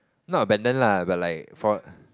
not abandon lah but like for